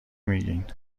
میگین